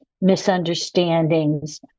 misunderstandings